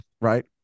Right